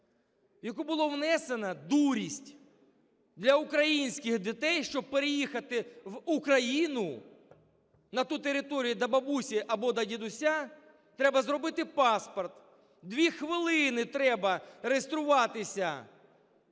яку була внесена дурість – для українських дітей, щоб переїхати в Україну, на ту територію до бабусі або до дідуся, треба зробити паспорт. 2 хвилин треба реєструватися